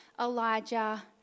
Elijah